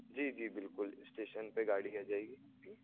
जी जी बिल्कुल स्टेशन पे गाड़ी आ जाएगी आपकी